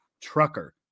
trucker